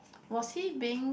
was he being